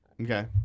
Okay